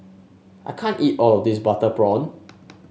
I can't eat all of this Butter Prawn